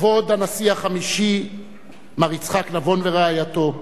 כבוד הנשיא החמישי מר יצחק נבון ורעייתו,